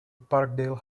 parkdale